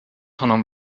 honom